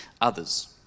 others